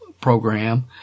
program